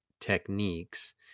techniques